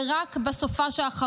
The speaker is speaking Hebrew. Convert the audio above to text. ורק בסוף השבוע האחרון,